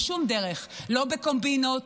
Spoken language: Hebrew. בשום דרך: לא בקומבינות,